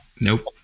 Nope